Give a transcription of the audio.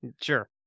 Sure